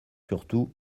surtout